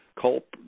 culp